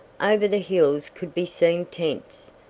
over the hills could be seen tents,